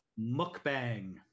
Mukbang